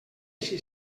així